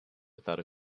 without